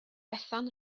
bethan